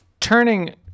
Turning